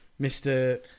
Mr